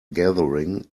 gathering